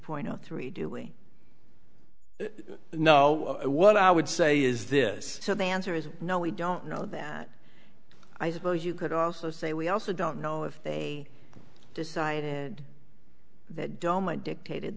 point zero three do we know what i would say is this so the answer is no we don't know that i suppose you could also say we also don't know if they decided that doma dictated